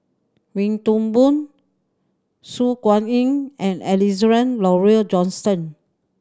Wee Toon Boon Su Guaning and Alexander Laurie Johnston